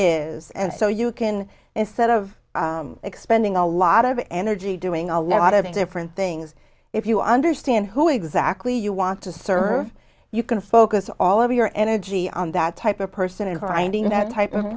is and so you can instead of expending a lot of energy doing a lot of different things if you understand who exactly you want to serve you can focus all of your energy on that type of person and finding that type of